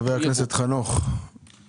חבר הכנסת חנוך מלביצקי, בבקשה.